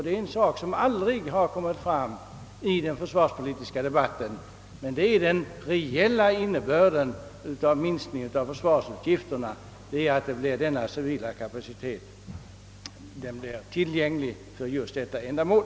Detta har aldrig sagts ut i den försvarspolitiska debatten, men den reella innebörden av minskningen av försvarsutgifterna är att denna civila kapacitet blir tillgänglig för just detta ändamål.